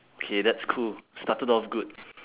okay that's cool started off good